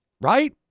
right